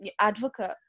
advocate